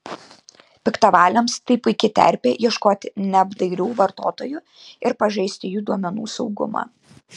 piktavaliams tai puiki terpė ieškoti neapdairių vartotojų ir pažeisti jų duomenų saugumą